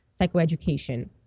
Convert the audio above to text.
psychoeducation